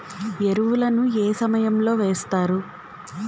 ఎరువుల ను ఏ సమయం లో వేస్తారు?